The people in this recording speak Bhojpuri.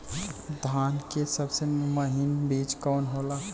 धान के सबसे महीन बिज कवन होला?